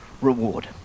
reward